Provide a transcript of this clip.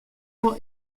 wol